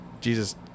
Jesus